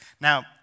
Now